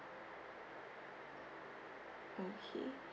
okay